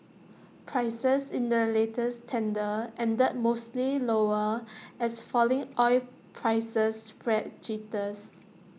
prices in the latest tender ended mostly lower as falling oil prices spread jitters